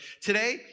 today